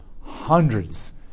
hundreds